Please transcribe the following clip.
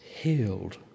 healed